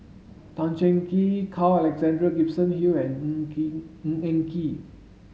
Tan Cheng Kee Carl Alexander Gibson Hill and Ng Kee Ng Eng